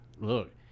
look